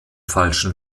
falschen